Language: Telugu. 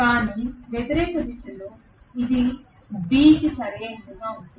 కానీ వ్యతిరేక దిశలో ఇది B సరైనదిగా ఉంటుంది